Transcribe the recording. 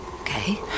Okay